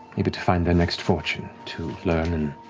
maybe to find their next fortune, to learn and